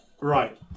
right